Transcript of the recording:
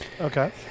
Okay